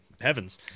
Heavens